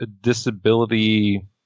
disability